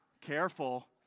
careful